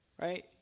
Right